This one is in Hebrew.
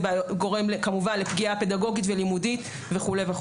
לפגיעה פדגוגית ולימודית וכולי.